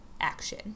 action